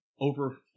over